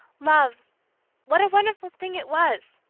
love what a wonderful thing it was!